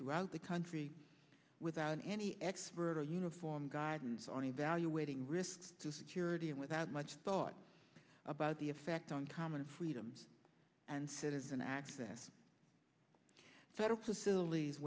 throughout the country without any expert or uniform guidance on evaluating risks through security and without much thought about the effect on common freedoms and citizen access federal facilities